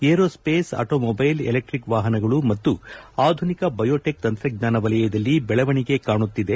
aerospace automobile electric ವಾಹನಗಳು ಮತ್ತು ಆಧುನಿಕ ಬಯೋಟೆಕ್ ತಂತ್ರಜ್ಞಾನ ವಲಯದಲ್ಲಿ ಬೆಳವಣಿಗೆ ಕಾಣುತ್ತಿದೆ